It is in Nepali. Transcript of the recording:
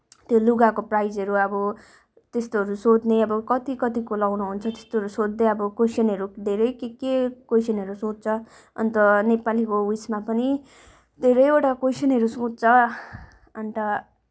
त्यो लुगाको प्राइसहरू अब त्यस्तोहरू सोध्ने अब कति कतिको लाउनुहुन्छ त्यस्तोहरू सोध्दै अब क्वेसनहरू धेरै के के क्वेसनहरू सोध्छ अन्त नेपाली हो उसमा पनि धेरैवटा क्वेसनहरू सोध्छ अन्त